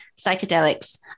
psychedelics